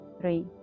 three